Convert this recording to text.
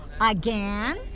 Again